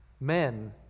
Men